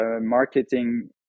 marketing